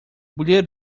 mulher